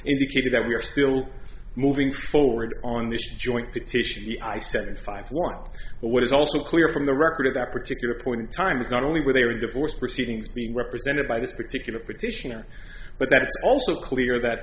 indicated that we are still moving forward on this joint petition i said five but what is also clear from the record at that particular point in time is not only were they with divorce proceedings being represented by this particular petitioner but that it's also clear that